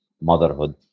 motherhood